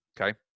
Okay